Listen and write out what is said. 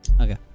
Okay